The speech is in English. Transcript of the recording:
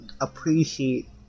appreciate